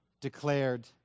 declared